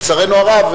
לצערנו הרב,